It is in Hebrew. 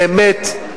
באמת,